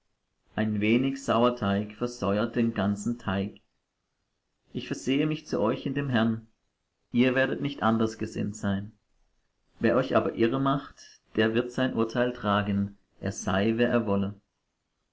ein wenig sauerteig versäuert den ganzen teig ich versehe mich zu euch in dem herrn ihr werdet nicht anders gesinnt sein wer euch aber irremacht der wird sein urteil tragen er sei wer er wolle